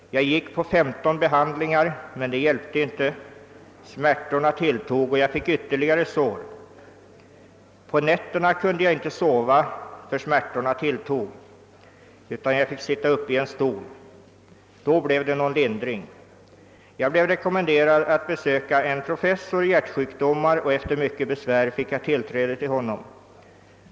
Jag gick på 15 behandlingar, men det hjälpte inte, smärtorna tilltog och jag fick ytterligare sår. På nätterna kunde jag inte sova för smärtorna tilltog, utan jag fick sitta uppe i en stol. Då blev det någon lindring. Jag blev rekommenderad att besöka ——— professorn i hjärtsjukdomar och efter mycket besvär fick jag tillträde till honom.